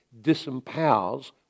disempowers